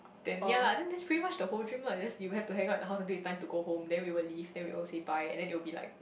then yea lah then this pretty much the whole dream lah you just you have to hangout in a half a daytime to go home then we will leave then we all say bye and then they will be like